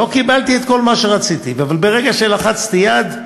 לא קיבלתי את כל מה שרציתי, אבל ברגע שלחצתי יד,